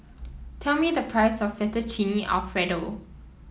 tell me the price of Fettuccine Alfredo